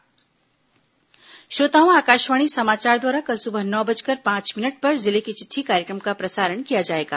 जिले की चिट्ठी श्रोताओं आकाशवाणी समाचार द्वारा कल सुबह नौ बजकर पांच मिनट पर जिले की चिट्ठी कार्यक्रम का प्रसारण किया जाएगा